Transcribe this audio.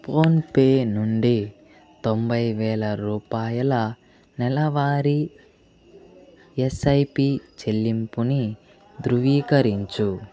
PhonePe నుండి తొంభై వేల రూపాయల నెలవారీ యస్ఐపి చెల్లింపుని ధృవీకరించుము